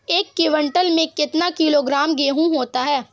एक क्विंटल में कितना किलोग्राम गेहूँ होता है?